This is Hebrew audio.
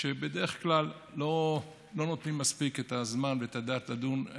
שבדרך כלל לא נותנים מספיק את הזמן ואת הדעת לדון.